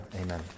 Amen